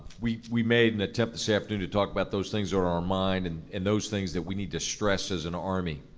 we we made an attempt this afternoon to talk about those things on our mind and and those things that we need to stress as an army.